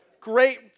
Great